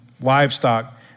livestock